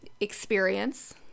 experience